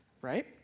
right